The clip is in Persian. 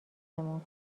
مون